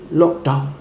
lockdown